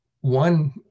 One